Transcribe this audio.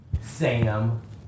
Sam